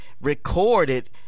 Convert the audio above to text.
recorded